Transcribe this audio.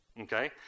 Okay